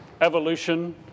evolution